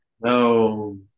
No